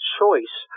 choice